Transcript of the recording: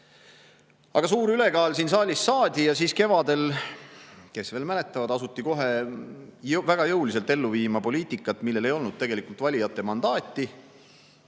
Aga suur ülekaal siin saalis saadi ja siis kevadel – kes veel mäletavad – asuti kohe väga jõuliselt ellu viima poliitikat, milleks ei olnud tegelikult valijate mandaati.